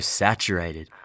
saturated